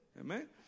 Amen